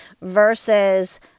versus